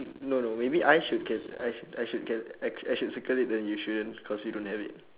no no maybe I should can~ I should I should can~ I I should circle it and you shouldn't cause you don't have it